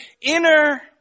inner